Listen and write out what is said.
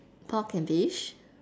pork and fish